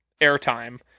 airtime